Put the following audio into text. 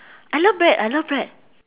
I love bread I love bread